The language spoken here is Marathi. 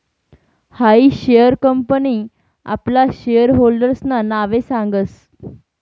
हायी शेअर कंपनी आपला शेयर होल्डर्सना नावे सांगस